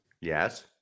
Yes